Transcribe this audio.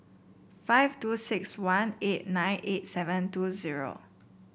five two six one eight nine eight seven two zero